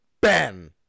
Ben